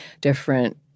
different